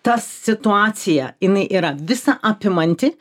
ta situacija jinai yra visa apimanti